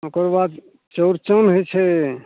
ओकर बाद चौरचन होइ छै